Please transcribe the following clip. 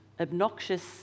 obnoxious